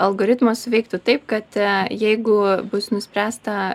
algoritmas veiktų taip kad jeigu bus nuspręsta